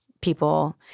people